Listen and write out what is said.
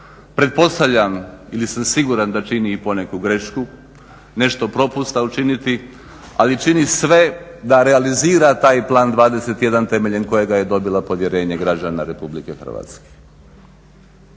pretpostavljam ili sam siguran da čini i poneku grešku, nešto propusta ali čini sve da realizira taj Plan 21 temeljem kojega je dobila povjerenje građana RH.